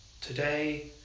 Today